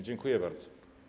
Dziękuję bardzo.